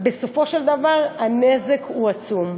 בסופו של דבר, הנזק הוא עצום.